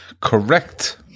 Correct